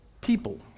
people